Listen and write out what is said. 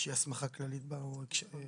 איזושהי הסמכה כללית ועיגון